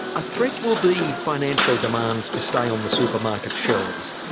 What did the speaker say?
a threat will be financial demands to stay on the supermarket shelves.